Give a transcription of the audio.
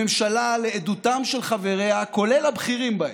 הממשלה, לעדותם של חבריה, כולל הבכירים בהם,